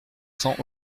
cents